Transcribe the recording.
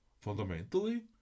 Fundamentally